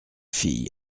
fille